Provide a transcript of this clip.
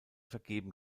vergeben